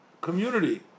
community